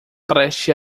preste